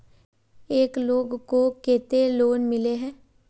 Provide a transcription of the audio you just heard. एक लोग को केते लोन मिले है?